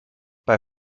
bei